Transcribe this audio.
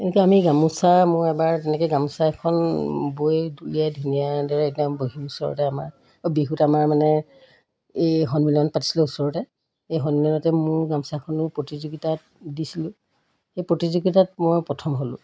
এনেকৈ আমি গামোচা মোৰ এবাৰ তেনেকৈ গামোচা এখন বৈ উলিয়াই ধুনীয়া দৰে একদম বহি ওচৰতে আমাৰ অ' বিহুত আমাৰ মানে এই সন্মিলন পাতিছিলে ওচৰতে এই সন্মিলনতে মোৰ গামোচাখনো প্ৰতিযোগিতাত দিছিলোঁ সেই প্ৰতিযোগিতাত মই প্ৰথম হ'লোঁ